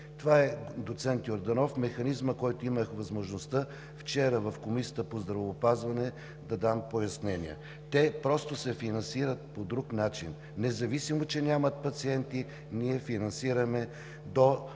Това, доцент Йорданов, е механизмът, за който имах възможността вчера в Комисията по здравеопазването да дам пояснения. Те просто се финансират по друг начин, независимо, че нямат пациенти, ние финансираме до